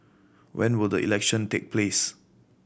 when will the election take place